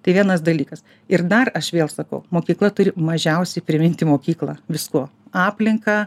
tai vienas dalykas ir dar aš vėl sakau mokykla turi mažiausiai priminti mokyklą viskuo aplinka